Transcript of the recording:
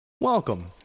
Welcome